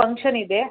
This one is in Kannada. ಫಂಕ್ಷನ್ ಇದೆ